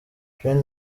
train